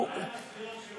מה עם הזכויות שלו?